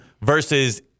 versus